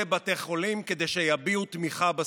חולים כדי שיביעו תמיכה בסגר.